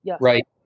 Right